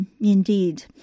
Indeed